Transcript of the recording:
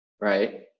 right